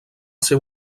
ser